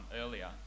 earlier